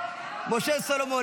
משה סולומון,